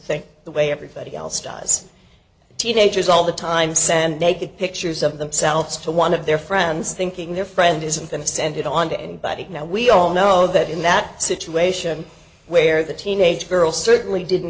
think the way everybody else does teenagers all the time send naked pictures of themselves to one of their friends thinking their friend isn't going to send it on to anybody now we all know that in that situation where the teenage girl certainly didn't